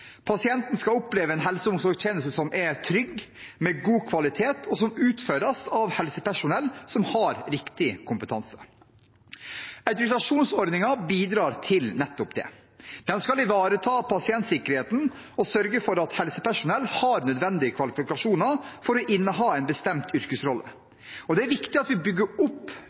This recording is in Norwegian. Pasienten skal oppleve en helse- og omsorgstjeneste som er trygg, med god kvalitet, og som utføres av helsepersonell som har riktig kompetanse. Autorisasjonsordningen bidrar til nettopp det. Den skal ivareta pasientsikkerheten og sørge for at helsepersonell har nødvendige kvalifikasjoner for å inneha en bestemt yrkesrolle. Det er viktig at vi bygger opp